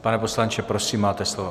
Pane poslanče, prosím, máte slovo.